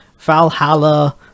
Valhalla